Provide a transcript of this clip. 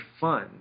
fun